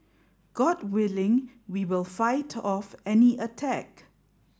god willing we will fight off any attack